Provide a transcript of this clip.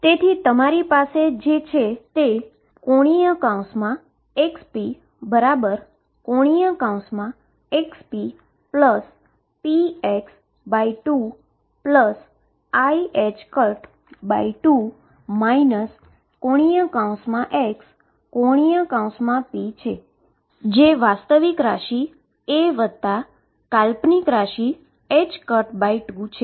તેથી તમારી પાસે જે છે તે ⟨xp⟩⟨xppx⟩2iℏ2 ⟨x⟩⟨p⟩ છે જે રીઅલ ક્વોન્ટીટી a વત્તા ઈમેજીનરી ક્વોન્ટીટી 2 છે